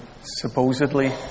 supposedly